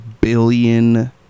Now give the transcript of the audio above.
billion